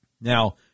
Now